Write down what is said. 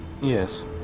Yes